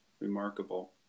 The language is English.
Remarkable